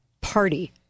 party